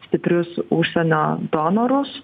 stiprius užsienio donorus